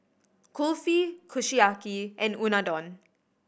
Kulfi Kushiyaki and Unadon